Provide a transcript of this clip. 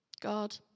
God